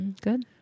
Good